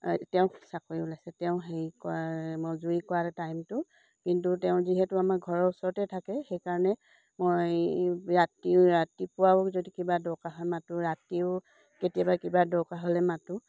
তেওঁক চাকৰি ওলাইছে তেওঁ হেৰি কৰা মজুৰি কৰা টাইমটো কিন্তু তেওঁ যিহেতু আমাৰ ঘৰৰ ওচৰতে থাকে সেইকাৰণে মই ৰাতি ৰাতিপুৱাও যদি কিবা দৰকাৰ হয় মাতোঁ ৰাতিও কেতিয়াবা কিবা দৰকাৰ হ'লে মাতোঁ